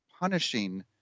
punishing